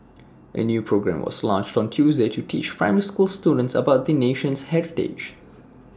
A new programme was launched on Tuesday to teach primary school students about the nation's heritage